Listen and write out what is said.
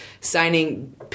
signing